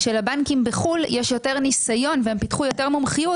לבנקים בחו"ל יש יותר ניסיון והם פיתחו יותר מומחיות,